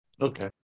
Okay